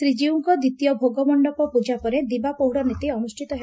ଶ୍ରୀଜୀଉଙ୍କ ଦିତୀୟ ଭୋଗମଣ୍ଡପ ପ୍ରଜା ପରେ ଦିବା ପହୁଡ ନୀତି ଅନୁଷ୍ଠିତ ହେବ